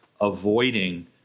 avoiding